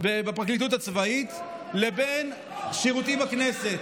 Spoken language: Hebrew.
בפרקליטות הצבאית לבין שירותי בכנסת.